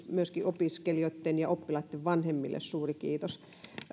myöskin opiskelijoitten ja oppilaitten vanhemmille suuri kiitos